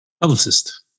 Publicist